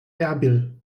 erbil